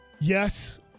Yes